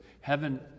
heaven